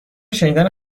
شنیدن